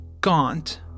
gaunt